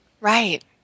Right